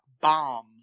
bomb